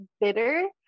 bitter